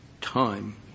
time